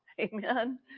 Amen